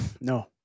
No